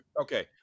Okay